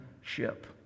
ship